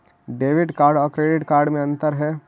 Debit card और credit card में अन्तर है?